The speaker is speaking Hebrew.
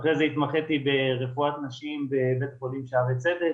אחרי זה התמחיתי ברפואת נשים בבית החולים שערי צדק,